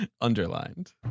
Underlined